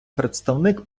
представник